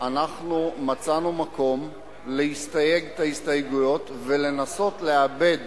מצאנו מקום להסתייג את ההסתייגויות ולנסות לעבד